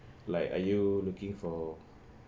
like are you looking for